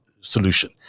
solution